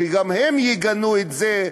שגם הם יגנו את זה,